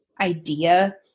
idea